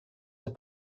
that